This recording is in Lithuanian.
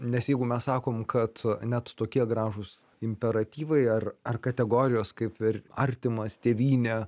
nes jeigu mes sakom kad net tokie gražūs imperatyvai ar ar kategorijos kaip ir artimas tėvynė